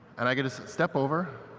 and i get a step over.